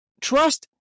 trust